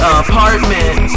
apartment